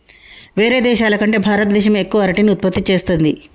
వేరే దేశాల కంటే భారత దేశమే ఎక్కువ అరటిని ఉత్పత్తి చేస్తంది